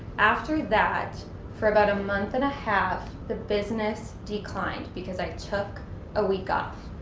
after that for about a month and a half the business declined. because i took a week off.